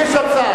לי יש הצעה.